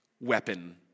weapon